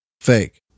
Fake